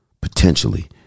potentially